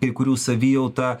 kai kurių savijauta